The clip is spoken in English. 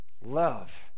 love